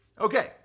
Okay